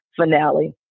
finale